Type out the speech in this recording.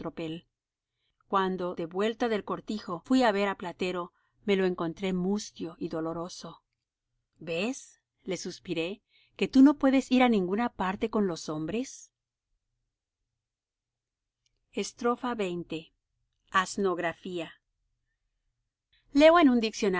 cuando de vuelta del cortijo fuí á ver á platero me lo encontré mustio y doloroso ves le suspiré que tú no puedes ir á ninguna parte con los hombres xx asnografía leo en un